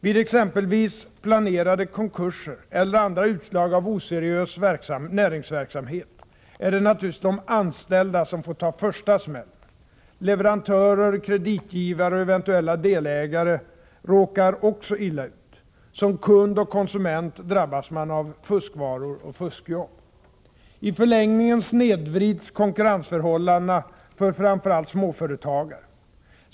Vid exempelvis planerade konkurser eller andra utslag av oseriös näringsverksamhet är det naturligtvis de anställda som får ta första smällen. Leverantörer, kreditgivare och eventuella delägare råkar också illa ut. Som kund och konsument drabbas man av fuskvaror och fuskjobb. I förlängningen snedvrids konkurrensförhållandena för framför allt småföretagare.